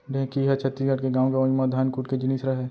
ढेंकी ह छत्तीसगढ़ के गॉंव गँवई म धान कूट के जिनिस रहय